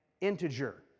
integer